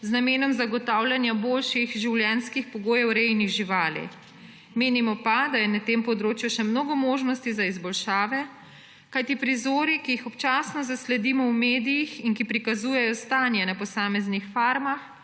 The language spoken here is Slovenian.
z namenom zagotavljanja boljših življenjskih pogojev rejnih živali, menimo pa, da je na tem področju še mnogo možnosti za izboljšave, kajti prizori, ki jih občasno zasledimo v medijih in ki prikazujejo stanje na posameznih farmah,